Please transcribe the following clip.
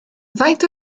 faint